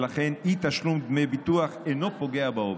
ולכן אי-תשלום דמי ביטוח אינו פוגע בעובד.